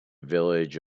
village